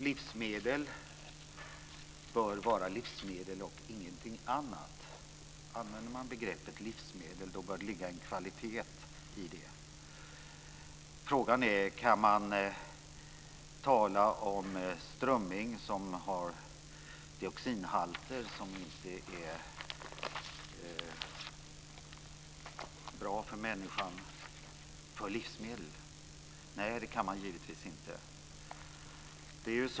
Livsmedel bör vara livsmedel och ingenting annat. I användningen av begreppet livsmedel bör ligga ett krav på kvalitet. Frågan är om man kan kalla strömming med dioxinhalter som inte är bra för människan livsmedel. Nej, det kan man givetvis inte.